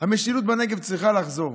המשילות בנגב צריכה לחזור.